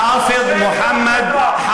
ההחלטה שמעודדת "חמאס" אם הם רוצים,